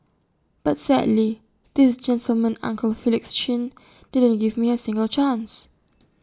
but sadly this gentleman uncle Felix chin didn't give me A single chance